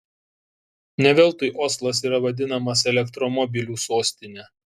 ne veltui oslas yra vadinamas elektromobilių sostine